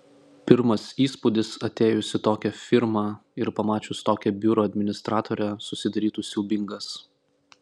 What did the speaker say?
pirmas įspūdis atėjus į tokią firmą ir pamačius tokią biuro administratorę susidarytų siaubingas